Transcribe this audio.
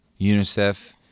unicef